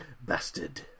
Bastard